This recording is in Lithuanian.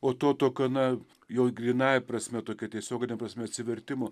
o to tokio na jo grynąja prasme tokia tiesiogine prasme atsivertimo